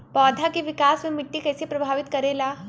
पौधा के विकास मे मिट्टी कइसे प्रभावित करेला?